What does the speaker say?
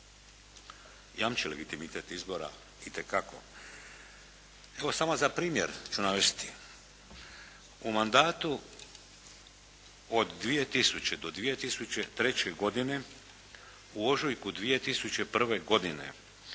Jamči legitimitet izbora itekako. Evo samo za primjer ću navesti. U mandatu od 2000. do 2003., u ožujku 2001. godine